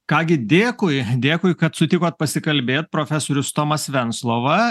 ką gi dėkui dėkui kad sutikot pasikalbėt profesorius tomas venclova